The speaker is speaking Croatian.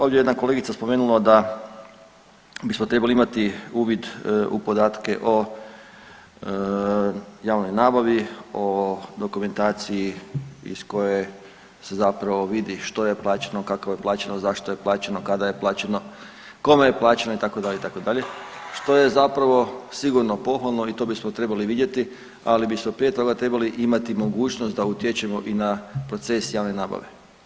Ovdje je jedna kolegica spomenula da bismo trebali imati uvid u podatke o javnoj nabavi, o dokumentaciji iz koje se zapravo vidi što je plaćeno, kako je plaćeno, zašto je plaćeno, kada je plaćeno, kome je plaćeno itd. itd. što je zapravo sigurno pohvalno i to bismo trebali vidjeti ali bismo prije toga trebali imati mogućnost da utječemo i na proces javne nabave.